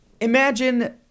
Imagine